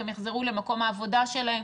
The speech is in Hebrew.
הם יחזרו למקום העבודה שלהם.